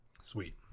sweet